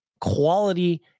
quality